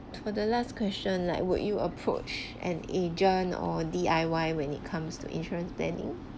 for the last question like would you approach an agent or D_I_Y when it comes to insurance planning